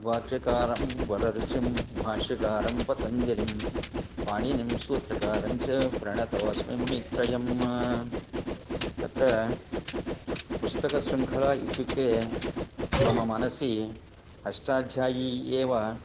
वाक्यकारं वररुचिंभाष्यकारं पतञ्जलिं पाणिनिं सूत्रकारञ्च प्रणतोस्मि मुनित्रयं अत्र पुस्तक सृङ्खला इत्युक्ते मम मनसि अष्टाध्यायी एव